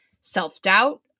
self-doubt